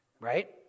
right